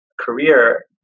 career